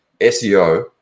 SEO